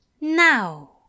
now